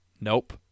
Nope